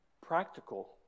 practical